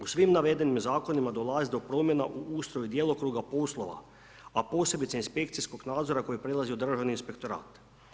U svim navedenim zakonima, dolazi do promjena u ustroj i djelokruga poslova, a posebice inspekcijskog nadzora koji prelazi u državni inspektorat.